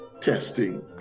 testing